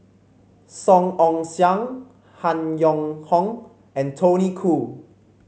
Song Ong Siang Han Yong Hong and Tony Khoo